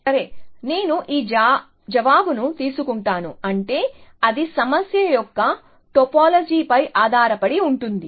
సరే నేను మీ జవాబును తీసుకుంటాను అంటే అది సమస్య యొక్క టోపోలాజీ పై ఆధారపడి ఉంటుంది